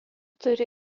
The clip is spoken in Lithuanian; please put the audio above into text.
turi